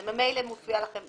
זה ממילא מופיע לכם.